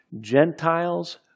Gentiles